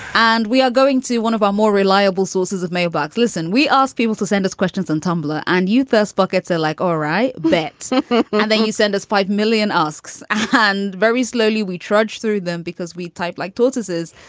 and we are going to one of our more reliable sources of mailbox. listen we asked people to send us questions on tumblr and youth. us buckets are like, all right. yeah then you send us five million asks. and very slowly we trudge through them because we type like tortoises.